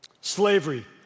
slavery